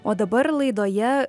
o dabar laidoje